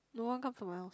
no one come from my house